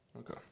Okay